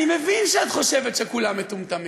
אני מבין שאת חושבת שכולם מטומטמים,